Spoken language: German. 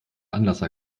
anlasser